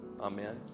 amen